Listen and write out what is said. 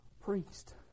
priest